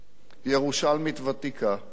ירושלמית ותיקה,